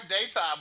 daytime